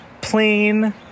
Plane